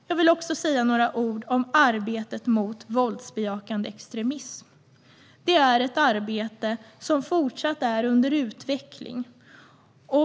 Jag vill också säga några ord om arbetet mot våldsbejakande extremism. Det är ett arbete som fortsätter att vara under utveckling.